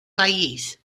pajjiż